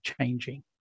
changing